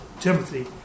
Timothy